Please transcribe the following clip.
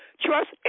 Trust